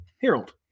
Harold